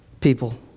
people